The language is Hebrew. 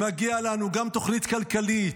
מגיעים לנו גם תוכנית כלכלית,